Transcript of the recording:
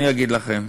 אני אגיד לכם: